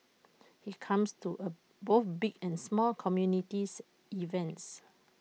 he comes to er both big and small community events